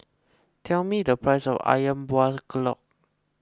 tell me the price of Ayam Buah Keluak